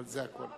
אבל זה הכול.